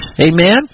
Amen